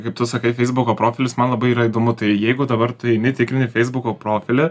kaip tu sakai feisbuko profilis man labai yra įdomu tai jeigu dabar tu eini tikrini feisbuko profilį